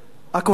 הכהן.